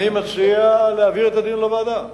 אני מציע שזה יבוא או לוועדת סמים,